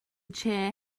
chair